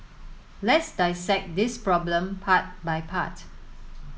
let's dissect this problem part by part